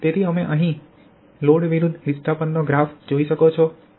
તેથી અહીં તમે લોડ વિરુદ્ધ વિસ્થાપન જોઈ શકો છો